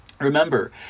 Remember